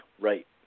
Right